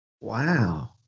Wow